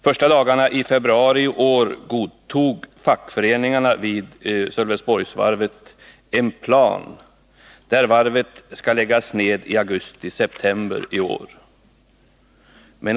Första dagarna i februari i år godtog fackföreningarna vid Sölvesborgsvarvet en plan där varvet läggs ned i augusti-september i år.